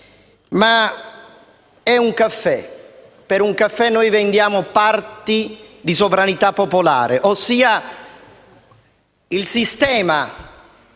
Ma è un caffè. Per un caffè noi vendiamo parti di sovranità popolare. Il sistema